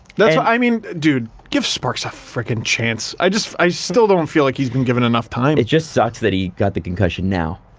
that's, i mean dude give sparks a freakin' chance i just, i still don't feel like he's been given enough time. it just sucks that he got the concussion now.